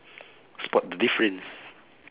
spot the difference